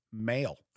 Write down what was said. male